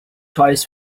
eyes